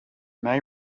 may